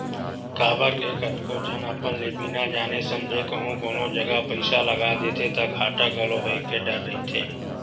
काबर के कतको झन अपन ले बिना जाने समझे कहूँ कोनो जगा पइसा लगा देथे ता घाटा घलो होय के डर रहिथे